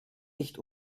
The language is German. nicht